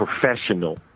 professional